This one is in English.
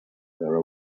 her